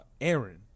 Aaron